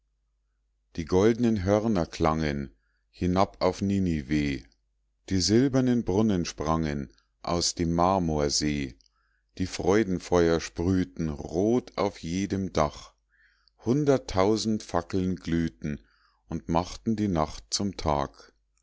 die goldnen hörner klangen hinab auf ninive die silbernen brunnen sprangen aus dem marmorsee die freudenfeuer sprühten rot auf jedem dach hunderttausend fackeln glühten und machten die nacht zum tag